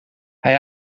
hij